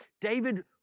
David